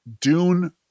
Dune